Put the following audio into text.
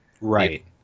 right